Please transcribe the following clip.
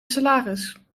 salaris